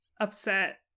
upset